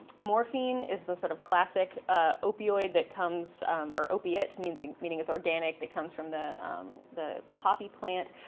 morphine is the sort of classic ah opioid that comes or opiate, meaning meaning it's organic that comes from the the poppy plant.